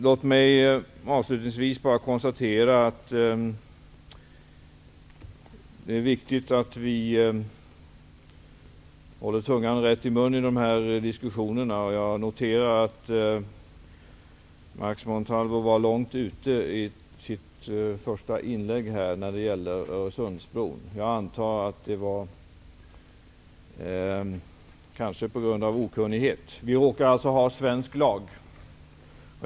Låt mig avslutningsvis konstatera att det är viktigt att vi håller tungan rätt i mun i dessa diskussioner. Jag noterar att Max Montalvo var långt ute i sitt första inlägg här när det gällde Öresundsbron. Jag antar att det kan ha berott på okunnighet. Vi råkar ha svensk lag.